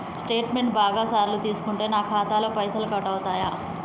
Statement బాగా సార్లు తీసుకుంటే నాకు ఖాతాలో పైసలు కట్ అవుతయా?